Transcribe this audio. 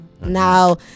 Now